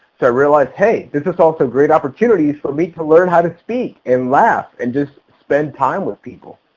so i realized hey, this is also great opportunity for me to learn how to speak and laugh and just spend time with people.